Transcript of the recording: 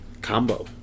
Combo